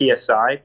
psi